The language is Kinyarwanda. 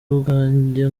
ubwanjye